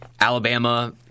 Alabama